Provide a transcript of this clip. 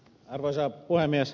arvoisa puhemies